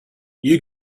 you